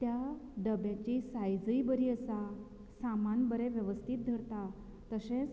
त्या डब्याची सायजय बरी आसा सामान बरें वेवस्थीत धरता तशेंच